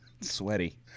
sweaty